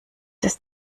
ist